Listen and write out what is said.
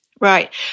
Right